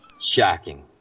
Shocking